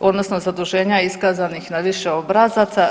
odnosno zaduženja iskazanih na više obrazaca.